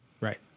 Right